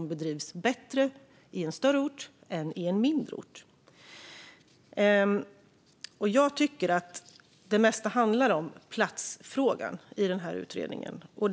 bedrivs bättre på en större ort än på en mindre ort? Jag tycker att det mesta i den här utredningen handlar om platsfrågan.